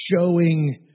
showing